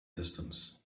distance